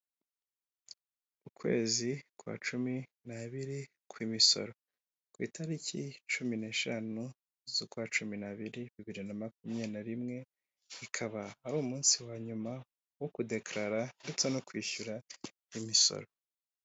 Ukwezi kwa cumi n'abiri kw'imisoro, ku itariki cumi n'eshanu z'ukwa cumi n'abiri bibiri na makumyabiri na rimwe, ikaba ari umunsi wa nyuma wo kudekarara ndetse no kwishyura imisoro.